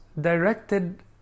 directed